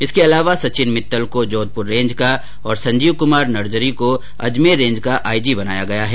इसके अलावा सचिन मित्तल को जोधपुर रेंज का और संजीव कमार नर्जरी को अजमेर रेंज का आईजी बनाया गया है